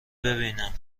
ببینم